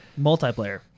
Multiplayer